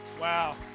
Wow